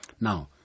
Now